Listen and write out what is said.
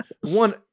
one